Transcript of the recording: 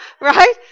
right